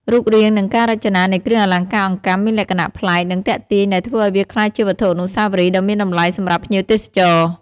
រូបរាង និងការរចនានៃគ្រឿងអលង្ការអង្កាំមានលក្ខណៈប្លែក និងទាក់ទាញ ដែលធ្វើឱ្យវាក្លាយជាវត្ថុអនុស្សាវរីយ៍ដ៏មានតម្លៃសម្រាប់ភ្ញៀវទេសចរ។